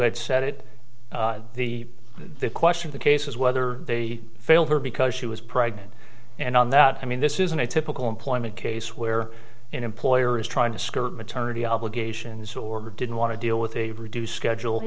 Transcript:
had said it the question of the cases whether they failed her because she was pregnant and on that i mean this isn't a typical employment case where an employer is trying to skirt maternity obligations or didn't want to deal with a reduced schedule